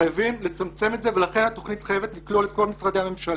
חייבים לצמצם את זה ולכן התוכנית חייבת לכלול את כל משרדי הממשלה.